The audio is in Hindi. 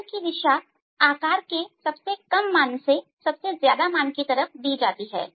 बल की दिशा आकार के सबसे कम मान से ज्यादा मान की तरफ दी जाती है